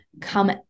come